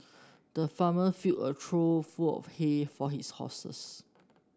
the farmer filled a trough full of hay for his horses